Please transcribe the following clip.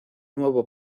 nuevo